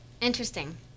Interesting